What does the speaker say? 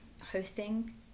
hosting